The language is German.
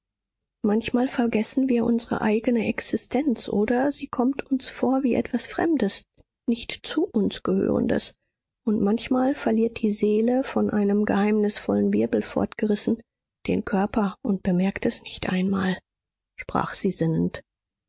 manchmal vergessen wir unsere eigene existenz oder sie kommt uns vor wie etwas fremdes nicht zu uns gehörendes und manchmal verliert die seele von einem geheimnisvollen wirbel fortgerissen den körper und bemerkt es nicht einmal sprach sie sinnend